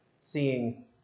seeing